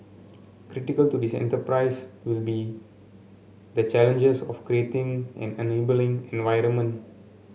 critical to this enterprise will be the challenges of creating an enabling environment